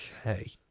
Okay